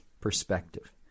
perspective